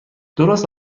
درست